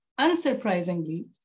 Unsurprisingly